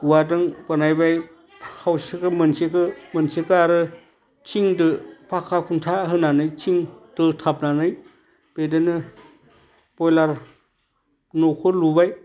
औवादों बानायबाय खावसेखौ मोनसेखो मोनसेखो आरो थिंदो फाखा खुन्था होनानै थिं दोथाबनानै बेदोंनो बयलार न'खौ लुबाय